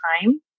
time